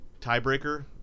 tiebreaker